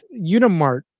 Unimart